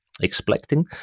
Expecting